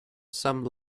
some